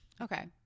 Okay